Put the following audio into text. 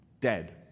Dead